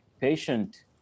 patient